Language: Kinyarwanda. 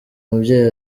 mubyeyi